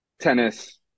tennis